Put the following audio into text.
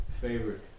favorite